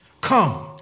Come